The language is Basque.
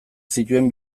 zituen